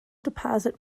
deposit